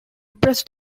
pressed